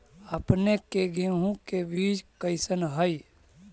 अपने के गेहूं के बीज कैसन है?